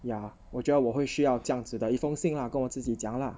ya 我觉得我会需要这样子的一封信啦跟我自己讲 lah